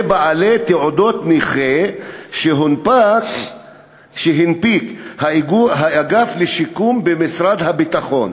ובעלי תעודת נכה שהנפיק האגף לשיקום במשרד הביטחון,